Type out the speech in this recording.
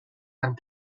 and